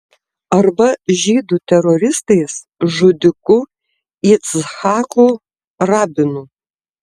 arba žydų teroristais žudiku yitzhaku rabinu